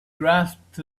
grasped